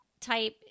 type